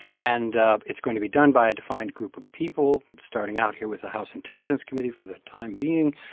and it's going to be done by a defined group of people, starting out here with the house intelligence committee for the time being.